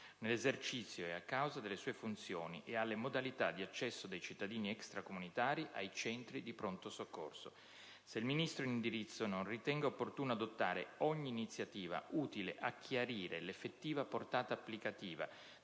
nell'esercizio e a causa delle sue funzioni ed alle modalità di accesso dei cittadini extracomunitari ai centri di pronto soccorso; se il Ministro in indirizzo non ritenga opportuno adottare ogni iniziativa utile a chiarire l'effettiva portata applicativa